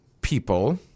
people